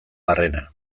barrena